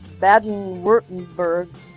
Baden-Württemberg